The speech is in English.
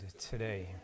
today